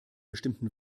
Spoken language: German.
bestimmten